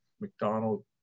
McDonald